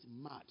mad